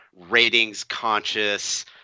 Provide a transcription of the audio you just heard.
ratings-conscious